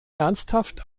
ernsthaft